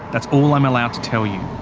that's all i'm allowed to tell you.